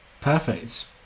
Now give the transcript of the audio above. Perfect